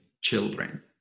children